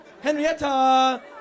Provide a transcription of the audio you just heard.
Henrietta